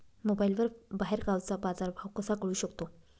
मोबाईलवर बाहेरगावचा बाजारभाव कसा कळू शकतो?